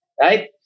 right